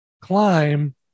climb